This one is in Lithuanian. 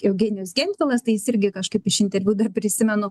eugenijus gentvilas tai jisai irgi kažkaip iš interviu dar prisimenu